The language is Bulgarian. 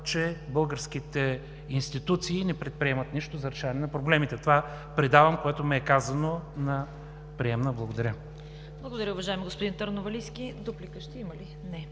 че българските институции не предприемат нищо за решаване на проблемите. Това предавам, което ми е казано на приемна. Благодаря. ПРЕДСЕДАТЕЛ ЦВЕТА КАРАЯНЧЕВА: Благодаря, уважаеми господин Търновалийски. Дуплика ще има ли? Не.